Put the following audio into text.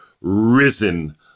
risen